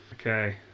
Okay